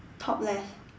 top left